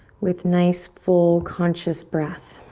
with nice, full conscious breath.